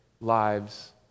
lives